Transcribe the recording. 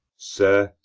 sir,